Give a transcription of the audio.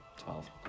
Twelve